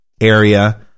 area